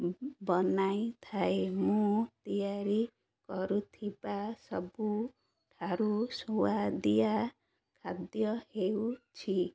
ବନାଇଥାଏ ମୁଁ ତିଆରି କରୁଥିବା ସବୁଠାରୁ ସୁଆଦିଆ ଖାଦ୍ୟ ହେଉଛି